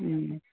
ᱦᱩᱸ